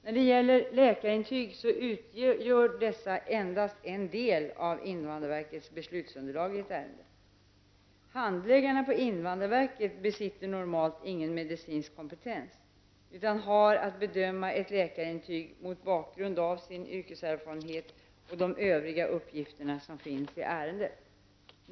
När det gäller läkarintyg utgör dessa endast en del av invandrarverkets beslutsunderlag i ett ärende. Handläggarna på invandrarverket besitter normalt ingen medicinsk kompetens utan har att bedöma ett läkarintyg mot bakgrund av sin yrkeserfarenhet och de övriga uppgifterna som finns i ärendet.